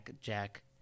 Jack